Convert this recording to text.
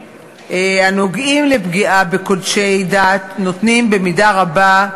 הנוגעים בפגיעה בקודשי דת נותנים במידה רבה,